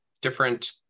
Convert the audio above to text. different